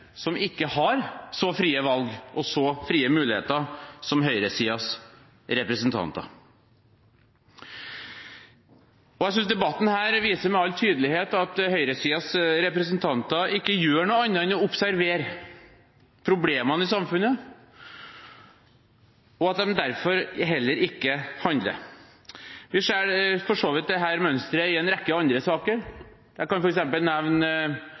som ikke har så frie valg og så frie muligheter som høyresidens representanter. Jeg synes debatten her viser med all tydelighet at høyresidens representanter ikke gjør noe annet enn å observere problemene i samfunnet, og at de derfor heller ikke handler. Vi ser for så vidt dette mønsteret i en rekke andre saker, jeg kan f.eks. nevne